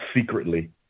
secretly